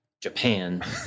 Japan